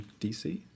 DC